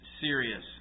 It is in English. serious